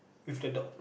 with the dog